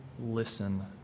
listen